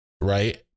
Right